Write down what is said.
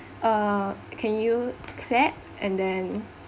uh can you clap and then